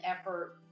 effort